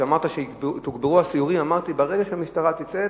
כשאמרת שתוגברו הסיורים אמרתי שברגע שהמשטרה תצא,